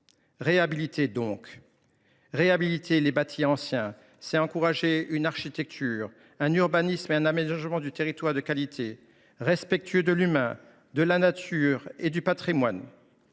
réhabilitation. Réhabiliter les bâtis anciens, c’est encourager une architecture, un urbanisme et un aménagement du territoire de qualité, respectueux de l’humain, de la nature et du patrimoine.